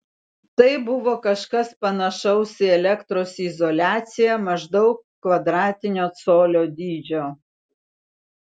tai buvo kažkas panašaus į elektros izoliaciją maždaug kvadratinio colio dydžio